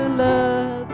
love